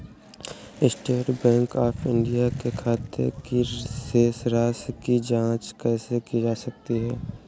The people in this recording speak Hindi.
स्टेट बैंक ऑफ इंडिया के खाते की शेष राशि की जॉंच कैसे की जा सकती है?